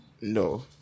No